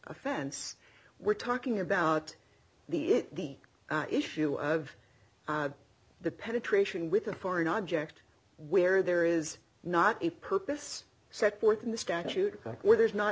offense we're talking about the is the issue of the penetration with a foreign object where there is not a purpose set forth in the statute book where there's not